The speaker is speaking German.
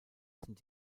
sind